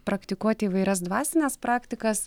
praktikuoti įvairias dvasines praktikas